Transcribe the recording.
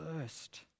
first